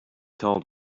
called